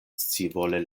scivole